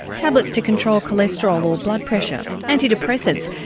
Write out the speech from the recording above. tablets to control cholesterol or blood pressure, anti-depressants.